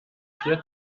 vier